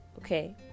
okay